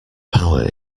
power